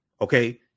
Okay